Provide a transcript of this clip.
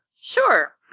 Sure